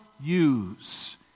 use